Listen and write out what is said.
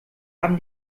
haben